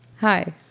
Hi